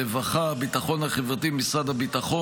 משרד הרווחה, משרד הביטחון החברתי, משרד הביטחון,